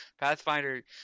Pathfinder